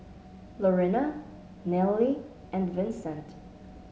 Lorena Nallely and Vicente